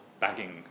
bagging